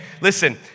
Listen